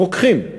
רוקחים.